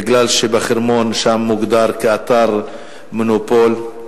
מפני שהחרמון מוגדר כאתר מונופול.